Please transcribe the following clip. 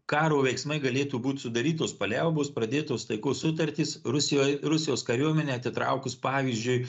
karo veiksmai galėtų būt sudarytos paliaubos pradėtos taikos sutartys rusijoj rusijos kariuomenę atitraukus pavyzdžiui